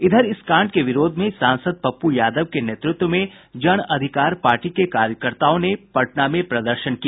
इधर इस कांड के विरोध में सांसद पप्पू यादव के नेतृत्व में जन अधिकार पार्टी के कार्यकर्ताओं ने पटना में प्रदर्शन किया